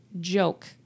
joke